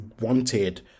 wanted